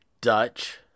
Dutch